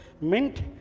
mint